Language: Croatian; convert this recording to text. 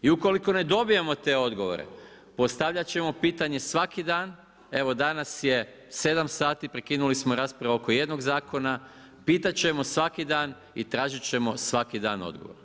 I ukoliko ne dobijemo te odgovore, postavljati ćemo pitanje svaki dan, evo danas je 7 sati, prekinuli smo raspravu oko jednog zakona, pitati ćemo svaki dan i tražiti ćemo svaki dan odgovor.